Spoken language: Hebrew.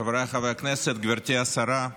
חבריי חברי הכנסת, גברתי השרה,